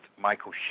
Michael